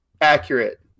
accurate